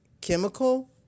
chemical